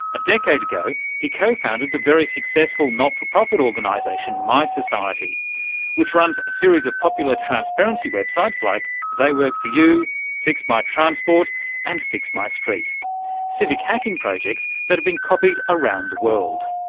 a decade ago he co-founded the very successful not-for-profit organisation my society which runs a series of popular transparency websites like theyworkforyou, fixmytransport and fixmystreet, civic hacking projects that have been copied across the world.